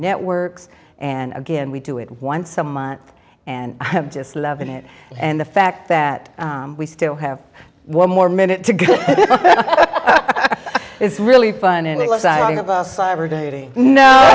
networks and again we do it once a month and i'm just loving it and the fact that we still have one more minute to go it's really fun and i